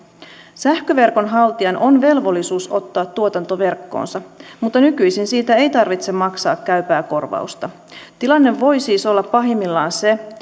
sähköverkon haltijan on velvollisuus ottaa tuotanto verkkoonsa mutta nykyisin siitä ei tarvitse maksaa käypää korvausta tilanne voi siis olla pahimmillaan se